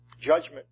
judgment